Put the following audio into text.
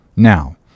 Now